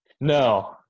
No